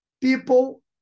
people